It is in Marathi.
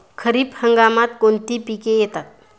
खरीप हंगामात कोणती पिके येतात?